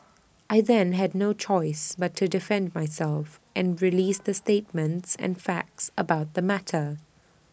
I then had no choice but to defend myself and release the statements and facts about the matter